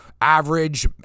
average